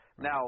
now